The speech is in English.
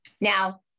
now